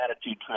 attitude